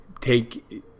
take